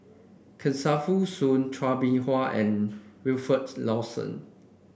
Kesavan Soon Chua Beng Huat and Wilfed Lawson